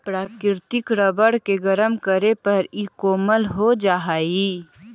प्राकृतिक रबर के गरम करे पर इ कोमल हो जा हई